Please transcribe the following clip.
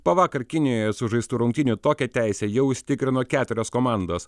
po vakar kinijoje sužaistų rungtynių tokią teisę jau užsitikrino keturios komandos